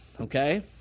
okay